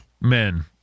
men